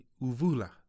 Uvula